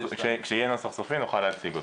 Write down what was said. כשיהיה נוסח סופי נוכל להציג אותו.